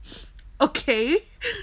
okay